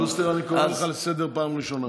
שוסטר, אני קורא אותך לסדר פעם ראשונה.